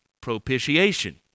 propitiation